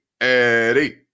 Eddie